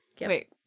Wait